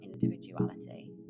individuality